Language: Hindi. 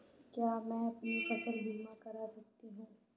क्या मैं अपनी फसल बीमा करा सकती हूँ?